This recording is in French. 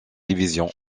division